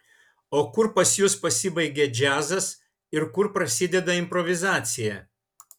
o kur pas jus pasibaigia džiazas ir kur prasideda improvizacija